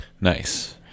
Nice